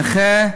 נכה,